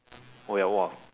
oh ya !wah!